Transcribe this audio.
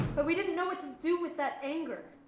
but we didn't know what to do with that anger.